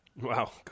Wow